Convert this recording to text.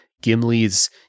Gimli's